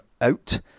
out